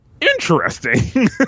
Interesting